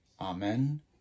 Amen